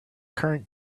current